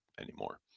anymore